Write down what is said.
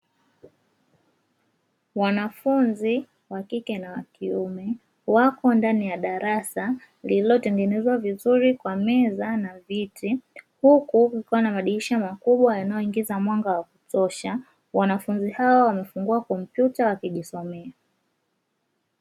Wanafunzi wa kike na wa kiume wako ndani ya darasa lililotengenezwa vizuri kwa meza na viti huku kukiwa na madirisha makubwa yanayoingiza mwanga wa kutosha, wanafunzi hao wamefungua kompyuta wakijisomea.